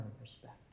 respect